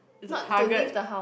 it's a target